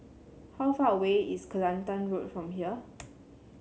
how far away is Kelantan Road from here